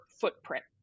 footprint